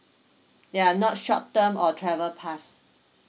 ya not short term or travel pass